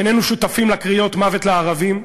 איננו שותפים לקריאות מוות לערבים,